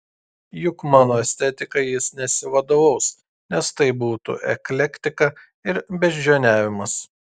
juk mano estetika jis nesivadovaus nes tai būtų eklektika ir beždžioniavimas